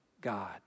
God